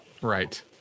right